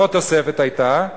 ועוד תוספת היתה,